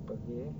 apa lagi eh